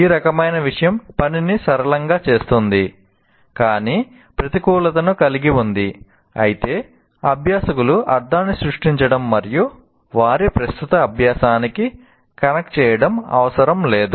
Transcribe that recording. ఈ రకమైన విషయం పనిని సరళంగా చేస్తుంది కానీ ప్రతికూలతను కలిగి ఉంది అయితే అభ్యాసకులు అర్థాన్ని సృష్టించడం మరియు వారి ప్రస్తుత అభ్యాసానికి కనెక్ట్ చేయడం అవసరం లేదు